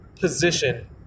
position